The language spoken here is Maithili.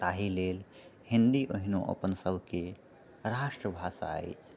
ताहिलेल हिन्दी ओहिनो अपन सभके राष्ट्रभाषा अछि